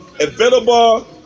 available